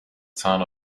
town